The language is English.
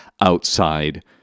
outside